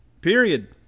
period